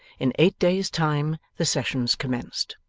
in eight days' time, the sessions commenced.